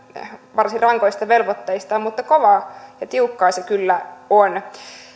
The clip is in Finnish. varsin rankoista velvoitteistaan mutta kovaa ja tiukkaa se kyllä on